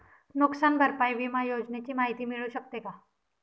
नुकसान भरपाई विमा योजनेची माहिती मिळू शकते का?